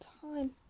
time